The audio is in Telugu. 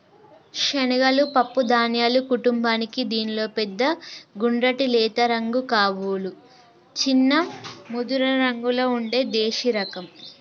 శనగలు పప్పు ధాన్యాల కుటుంబానికీ దీనిలో పెద్ద గుండ్రటి లేత రంగు కబూలి, చిన్న ముదురురంగులో ఉండే దేశిరకం